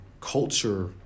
culture